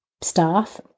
staff